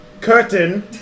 curtain